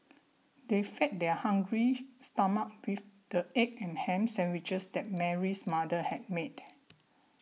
they fed their hungry stomachs with the egg and ham sandwiches that Mary's mother had made